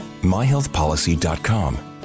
MyHealthPolicy.com